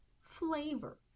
flavor